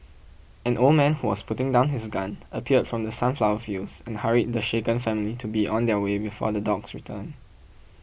an old man who was putting down his gun appeared from the sunflower fields and hurried the shaken family to be on their way before the dogs return